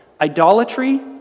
Idolatry